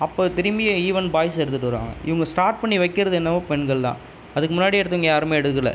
அப்போ திரும்பி even boys எடுத்துகிட்டு வருவாங்கள் இவங்க ஸ்டார்ட் பண்ணி வைக்கிறது என்னவோ பெண்கள் தான் அதுக்கு முன்னாடி எடுத்தவங்க யாருமே எடுக்கலை